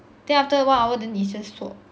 then after a while hour then he just swap